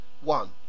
One